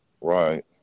right